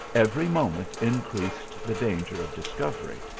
every moment increased the danger of discovery.